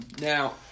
now